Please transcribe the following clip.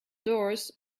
doors